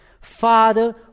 Father